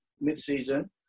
mid-season